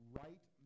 right